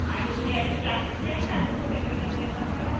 आणि हे असे प्लास्टीकचे नाही का ते असे छोटे छोटे मिळतात बघा